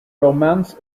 romance